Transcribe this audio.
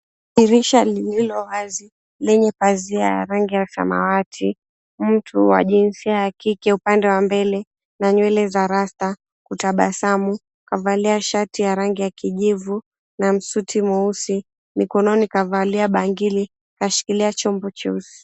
Dirisha lililo wazi lenye pazia ya rangi ya samawati. Mtu wa jinsia ya kike upande wa mbele na nywele za rasta kutabasamu, kavalia shati ya rangi ya kijivu na msuti mweusi. Mikononi kavalia bangili, kashikilia chombo cheusi.